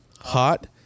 Hot